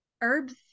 herbs